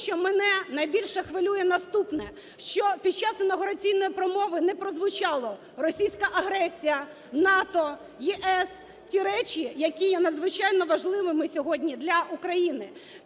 тому що мене найбільше хвилює наступне: що під час інавгураційної промови не прозвучало "російська агресія", "НАТО", "ЄС" – ті речі, які є надзвичайно важливими сьогодні для України.